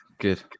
good